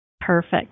Perfect